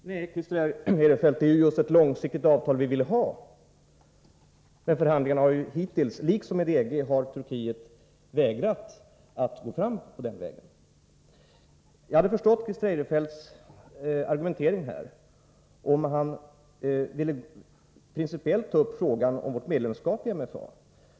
Herr talman! Nej, Christer Eirefelt, det är just ett långsiktigt avtal vi vill ha. Men i dessa förhandlingar liksom i förhandlingar med EG har Turkiet vägrat att gå fram den vägen. Jag hade förstått Christer Eirefelts argumentering här om han velat principiellt ta upp frågan om vårt medlemskap i MFA.